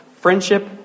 Friendship